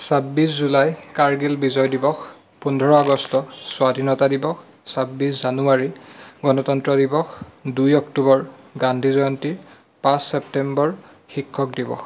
ছাব্বিছ জুলাই কাৰ্গিল বিজয় দিৱস পোন্ধৰ আগষ্ট স্বাধীনতা দিৱস ছাব্বিছ জানুৱাৰী গণতন্ত্ৰ দিৱস দুই অক্টোবৰ গান্ধী জয়ন্তী পাঁচ ছেপ্তেম্বৰ শিক্ষক দিৱস